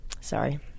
Sorry